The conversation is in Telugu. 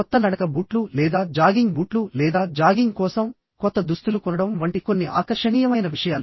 కొత్త నడక బూట్లు లేదా జాగింగ్ బూట్లు లేదా జాగింగ్ కోసం కొత్త దుస్తులు కొనడం వంటి కొన్ని ఆకర్షణీయమైన విషయాలు